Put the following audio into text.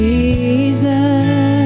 Jesus